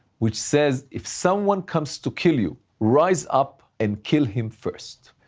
which says, if someone comes to kill you, rise up and kill him first.